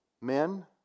Men